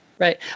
Right